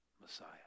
Messiah